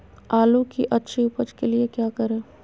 आलू की अच्छी उपज के लिए क्या करें?